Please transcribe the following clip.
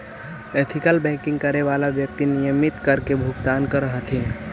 ethical banking करे वाला व्यक्ति नियमित कर के भुगतान करऽ हथिन